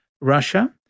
Russia